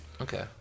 Okay